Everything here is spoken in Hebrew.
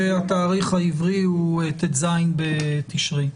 והתאריך העברי הוא ט"ז בתשרי.